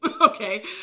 okay